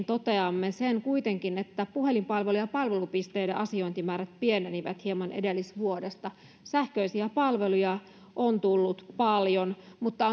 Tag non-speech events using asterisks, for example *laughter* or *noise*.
*unintelligible* toteamme kuitenkin että puhelinpalvelun ja palvelupisteiden asiointimäärät pienenivät hieman edellisvuodesta sähköisiä palveluja on tullut paljon mutta *unintelligible*